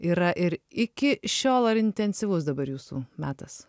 yra ir iki šiol ar intensyvus dabar jūsų metas